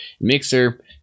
Mixer